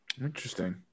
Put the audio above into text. Interesting